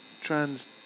trans